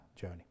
journey